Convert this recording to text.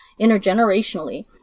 intergenerationally